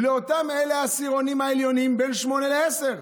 עם אותם אלה, העשירונים העליונים, בין 8 ל-10.